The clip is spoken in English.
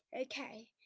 Okay